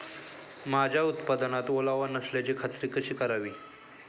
माझ्या उत्पादनात ओलावा नसल्याची खात्री कशी करावी?